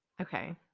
Okay